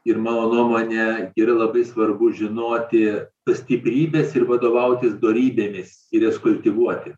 ir mano nuomone yra labai svarbu žinoti tas stiprybes ir vadovautis dorybėmis ir jas kultivuoti